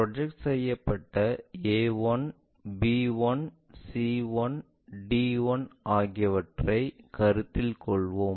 project செய்யப்பட்ட a1 b1 c1 d1 ஆகியவற்றை கருத்தில் கொள்வோம்